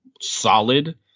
Solid